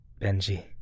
Benji